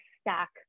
stack